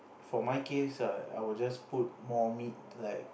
for my case ah I will just put more meat like